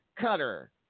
cutter